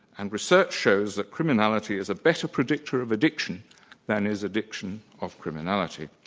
and research shows that criminality is a better predictor of addiction than is addiction of criminality.